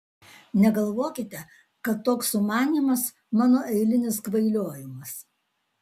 negalvokite kad toks sumanymas mano eilinis kvailiojimas